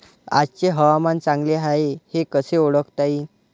आजचे हवामान चांगले हाये हे कसे ओळखता येईन?